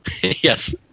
Yes